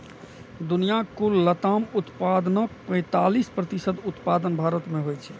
दुनियाक कुल लताम उत्पादनक पैंतालीस प्रतिशत उत्पादन भारत मे होइ छै